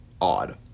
odd